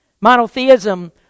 Monotheism